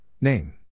name